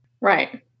right